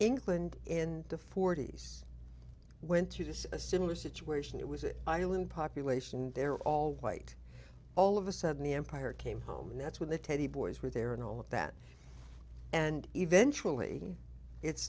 england in the forty's went to just a similar situation it was it ireland population there all white all of a sudden the empire came home and that's when the teddy boys were there and all of that and eventually it's